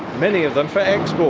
many of them for export.